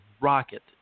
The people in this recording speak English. rocket